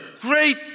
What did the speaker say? great